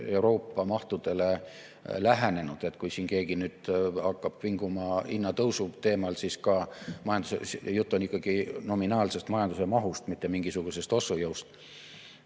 Euroopa mahtudele lähenenud. Kui siin keegi nüüd hakkab vinguma hinnatõusu teemal, siis [ütlen, et] juttu on ikkagi nominaalsest majanduse mahust, mitte mingisugusest ostujõust.